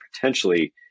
potentially